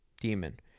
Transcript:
demon